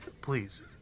please